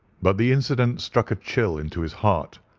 but the incident struck a chill into his heart.